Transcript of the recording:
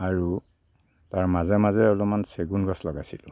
আৰু তাৰ মাজে মাজে অলপমান চেগুন গছ লগাইছিলোঁ